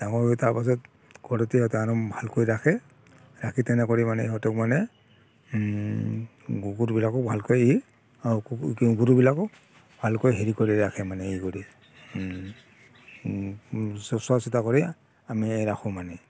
ডাঙৰ হৈ তাৰপাছত ঘৰতে সিহঁতক ভালকৈ ৰাখে ৰাখি তেনে কৰি মানে সিহঁতক মানে গৰুবিলাকক ভালকৈ গৰুবিলাকক ভালকৈ হেৰি কৰি ৰাখে মানে এই কৰি চো চোৱা চিতা কৰি আমি ৰাখোঁ মানে